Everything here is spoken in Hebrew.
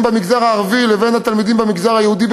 במגזר הערבי לבין התלמידים במגזר היהודי,